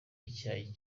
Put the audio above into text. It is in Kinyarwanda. icyayi